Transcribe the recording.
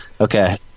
Okay